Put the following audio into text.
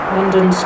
London